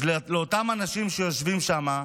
אז לאותם אנשים שיושבים שם: